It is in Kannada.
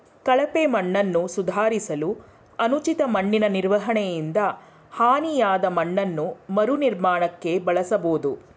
ಕಳಪೆ ಮಣ್ಣನ್ನು ಸುಧಾರಿಸಲು ಅನುಚಿತ ಮಣ್ಣಿನನಿರ್ವಹಣೆಯಿಂದ ಹಾನಿಯಾದಮಣ್ಣನ್ನು ಮರುನಿರ್ಮಾಣಕ್ಕೆ ಬಳಸ್ಬೋದು